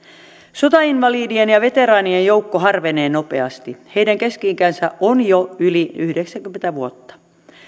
sotainvalidien ja veteraanien joukko harvenee nopeasti heidän keski ikänsä on jo yli yhdeksänkymmentä vuotta